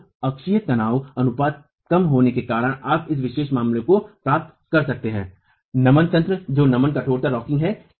तो अक्षीय तनाव अनुपात कम होने के कारण आप इस विशेष मामले को प्राप्त कर सकते हैं नमन तंत्र जो नमन कठोरतारॉकिंग है